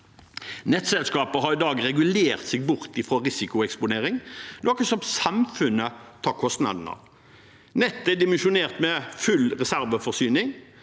Nettselskapene har i dag regulert seg bort fra risikoeksponering, noe samfunnet tar kostnaden med. Nettet er dimensjonert med full reserveforsyning,